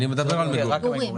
אני מדבר על מגורים.